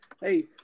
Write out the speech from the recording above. Hey